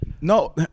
No